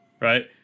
right